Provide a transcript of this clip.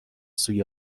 سوی